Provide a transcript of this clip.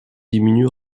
diminue